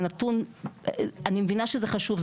זה נתון, אני מבינה שזה חשוב.